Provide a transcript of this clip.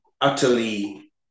utterly